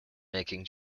making